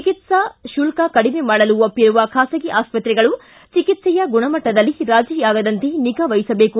ಚಿಕಿತ್ಸಾ ಶುಲ್ಕ ಕಡಿಮೆ ಮಾಡಲು ಒಪ್ಷಿರುವ ಖಾಸಗಿ ಆಸ್ಪತ್ರೆಗಳು ಚಿಕಿತ್ಸೆಯ ಗುಣಮಟ್ಟದಲ್ಲಿ ರಾಜಿಯಾಗದಂತೆ ನಿಗಾ ಇಡಬೇಕು